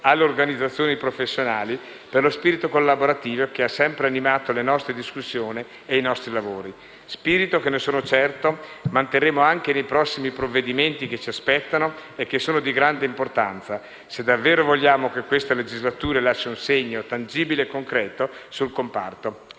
alle organizzazioni professionali, per lo spirito collaborativo che ha sempre animato le nostre discussioni e nostri lavori. Spirito che, ne sono certo, manterremo anche nei prossimi provvedimenti che ci aspettano, e che sono di grande importanza, se davvero vogliamo che questa legislatura lasci un segno tangibile e concreto sul comparto.